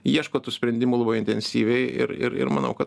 ieško tų sprendimų labai intensyviai ir ir manau kad